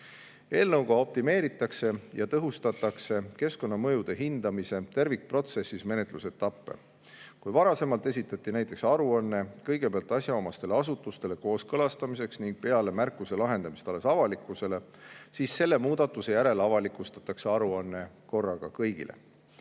Eelnõuga optimeeritakse ja tõhustatakse keskkonnamõjude hindamise tervikprotsessis menetlusetappe. Kui varasemalt esitati näiteks aruanne kõigepealt asjaomastele asutustele kooskõlastamiseks ning alles pärast märkuse lahendamist avalikkusele, siis selle muudatuse järel avalikustatakse aruanne korraga kõigile.